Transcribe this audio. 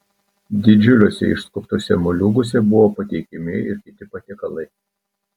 didžiuliuose išskobtuose moliūguose buvo pateikiami ir kiti patiekalai